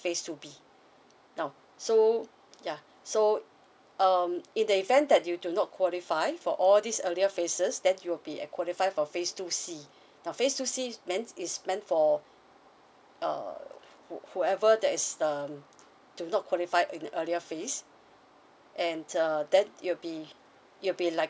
phase two B now so ya so um in the event that you do not qualify for all this earlier phases that you'll be a qualify for phase two C now phase two C meant is meant for uh whoever that is um do not qualify in earlier phase and then you'll be you'll be like